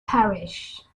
parish